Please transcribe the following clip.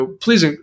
Please